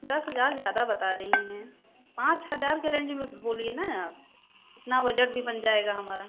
दस हजार ज़्यादा बता रही हैं पाँच हजार के रेंज में बोलिए न आप उतना बजट भी बन जाएगा हमारा